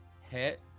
Hit